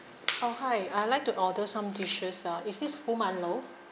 oh hi I'd like to order some dishes uh is this Fu Man Lou